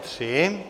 3.